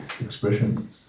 expression